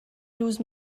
dus